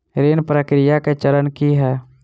ऋण प्रक्रिया केँ चरण की है?